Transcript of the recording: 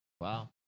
wow